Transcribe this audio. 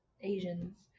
asians